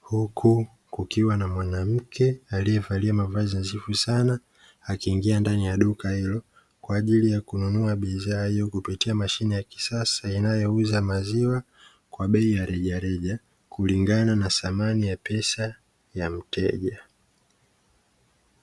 huku kukiwa na mwanamke aliyevalia mavazi nadhifu sana, akiingia ndani ya duka hilo kwa ajili ya kununua bidhaa hiyo kupitia mashine ya kisasa, inayouza maziwa kwa bei ya rejareja kulingana na thamani ya pesa ya mteja.